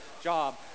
job